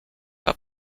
pas